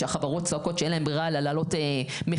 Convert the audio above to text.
כשהחברות צועקות שאין להן ברירה אלא להעלות מחירים,